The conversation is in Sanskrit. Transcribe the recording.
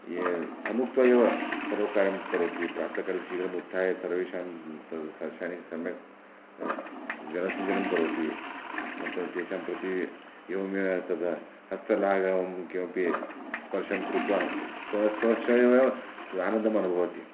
ये अनुक्त्वा एव सर्वकार्यं करोति प्रातःकाले शीघ्रमुत्ताय सर्वेषां तद् शनैः सम्यक् जलसेचनं करोति अनन्तरं तेषां प्रति एवमेव तदा हस्तलाघवं किम् अपि स्पर्शं कृत्वा स्व स्व स्वयम् एव आनन्दं अनुभवति